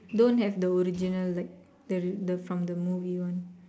don't have the original like the from the movie one